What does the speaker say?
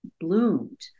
bloomed